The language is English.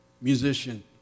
musician